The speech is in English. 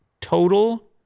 total